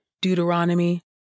Deuteronomy